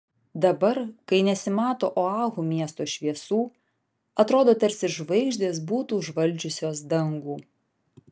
dabar kai nesimato oahu miesto šviesų atrodo tarsi žvaigždės būtų užvaldžiusios dangų